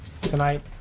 tonight